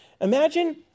Imagine